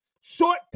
short